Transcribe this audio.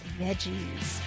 veggies